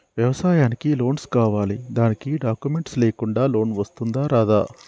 వ్యవసాయానికి లోన్స్ కావాలి దానికి డాక్యుమెంట్స్ లేకుండా లోన్ వస్తుందా రాదా?